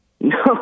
No